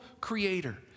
creator